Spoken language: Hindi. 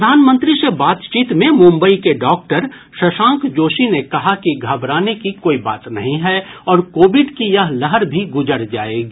प्रधानमंत्री से बातचीत में मुंबई के डॉक्टर शशांक जोशी ने कहा कि घबराने की कोई बात नहीं है और कोविड की यह लहर भी गुजर जाएगी